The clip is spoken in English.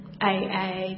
AA